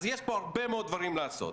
אז יש פה הרבה מאוד דברים לעשות.